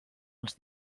els